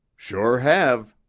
sure have,